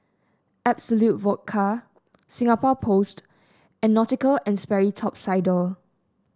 Absolut Vodka Singapore Post and Nautica And Sperry Top Sider